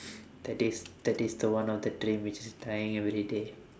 that is that is the one of the dream which is dying everyday